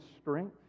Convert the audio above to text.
strength